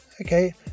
Okay